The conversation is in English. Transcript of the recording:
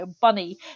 bunny